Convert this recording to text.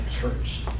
church